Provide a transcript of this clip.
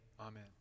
amen